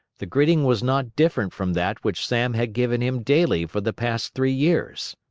the greeting was not different from that which sam had given him daily for the past three years.